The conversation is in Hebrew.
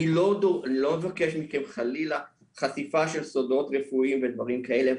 אני לא מבקש מכם חלילה חשיפה של סודות רפואיים ודברים כאלה,